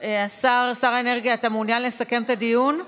שר האנרגיה, אתה מעוניין לסכם את הדיון?